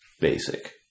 basic